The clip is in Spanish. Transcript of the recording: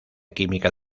química